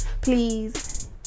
Please